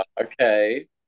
okay